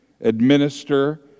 administer